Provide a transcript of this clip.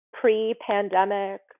pre-pandemic